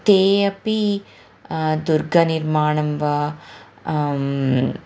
ते अपि दुर्गनिर्माणं वा